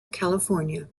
california